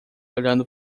olhando